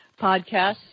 podcasts